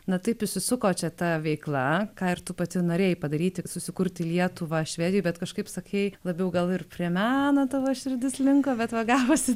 na taip įsisuko čia ta veikla ką ir tu pati norėjai padaryti susikurti lietuvą švedijoj bet kažkaip sakei labiau gal ir prie meno tavo širdis linko bet va gavosi